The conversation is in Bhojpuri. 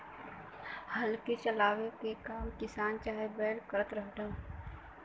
हल के चलावे के काम किसान चाहे बैल करत रहलन